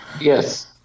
Yes